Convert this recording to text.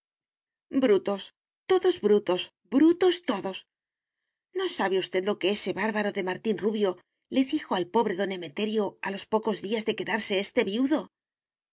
brutos todos brutos brutos todos no sabe usted lo que ese bárbaro de martín rubio le dijo al pobre don emeterio a los pocos días de quedarse éste viudo no